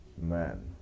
man